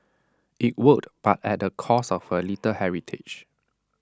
IT worked but at the cost of A little heritage